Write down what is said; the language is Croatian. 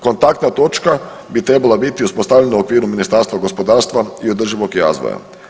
Kontaktna točka bi trebala biti uspostavljena u okviru Ministarstva gospodarstva i održivog razvoja.